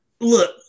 Look